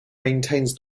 maintains